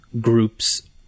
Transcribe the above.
groups